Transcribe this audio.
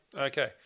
Okay